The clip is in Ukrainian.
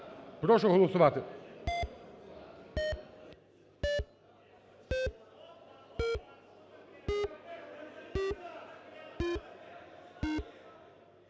прошу голосувати.